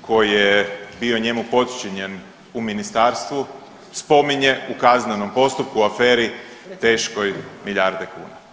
koji je bio njemu podčinjen u ministarstvu spominje u kaznenom postupku u aferi teškoj milijarde kuna.